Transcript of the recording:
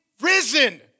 risen